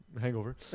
hangover